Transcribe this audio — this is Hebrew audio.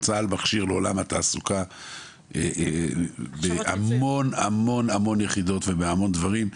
צה"ל מכשיר לעולם התעסוקה המון המון יחידות ובהמון דברים.